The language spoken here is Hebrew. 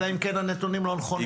אלא אם כן הנתונים לא נכונים.